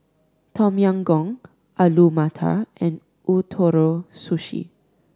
Tom Yam Goong Alu Matar and Ootoro Sushi